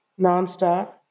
nonstop